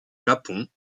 japon